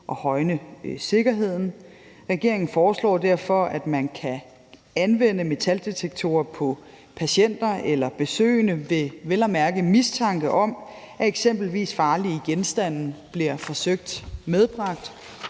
at højne sikkerheden. Regeringen foreslår derfor, at man kan anvende metaldetektorer på patienter eller besøgende, vel at mærke ved mistanke om, at eksempelvis farlige genstande bliver forsøgt medbragt.